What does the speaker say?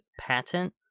patent